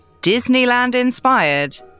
Disneyland-inspired